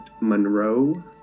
Monroe